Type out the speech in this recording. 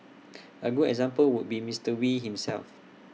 A good example would be Mister wee himself